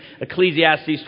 Ecclesiastes